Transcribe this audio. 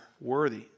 worthy